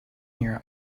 here